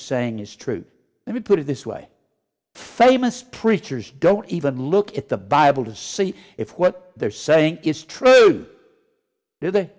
saying is true let me put it this way famous preachers don't even look at the bible to see if what they're saying is true